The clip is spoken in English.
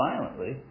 violently